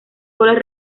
golpes